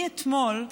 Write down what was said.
מאתמול,